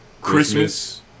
Christmas